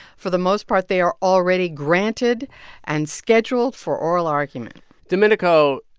for the most part, they are already granted and scheduled for oral argument domenico,